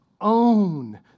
own